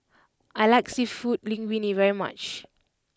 I like Seafood Linguine very much